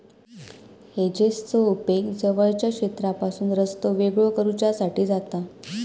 हेजेसचो उपेग जवळच्या क्षेत्रापासून रस्तो वेगळो करुच्यासाठी जाता